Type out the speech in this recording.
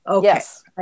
Yes